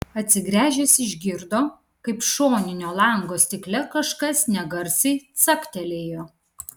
atsigręžęs išgirdo kaip šoninio lango stikle kažkas negarsiai caktelėjo